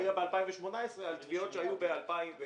זה היה ב-2018 על תביעות שהיו ב-2011,